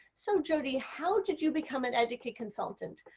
so jodi, how did you become an etiquette consultant?